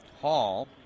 hall